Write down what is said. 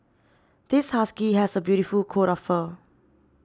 this husky has a beautiful coat of fur